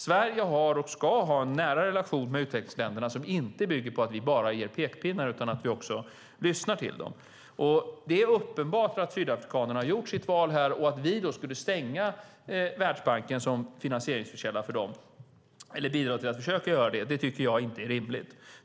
Sverige har dock och ska ha en nära relation med utvecklingsländer som inte bygger på att vi bara ger pekpinnar utan också lyssnar till dem. Det är uppenbart att sydafrikanerna har gjort sitt val och att vi då skulle bidra till att försöka stänga Världsbanken som finansieringskälla för dem är inte rimligt.